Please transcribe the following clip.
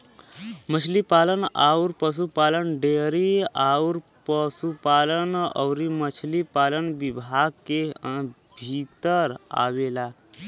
मछरी पालन अउर पसुपालन डेयरी अउर पसुपालन अउरी मछरी पालन विभाग के भीतर आवेला